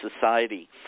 society